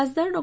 खासदार डॉ